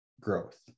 growth